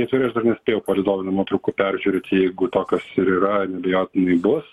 neturiu aš dar nespėjau palydovinių nuotraukų peržiūrėt jeigu tokios ir yra neabejotinai bus